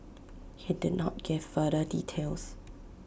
he did not give further details